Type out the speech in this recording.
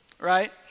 right